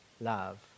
Love